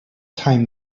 time